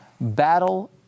battle